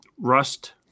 Rust